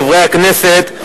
חברי הכנסת,